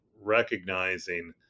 recognizing